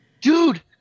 Dude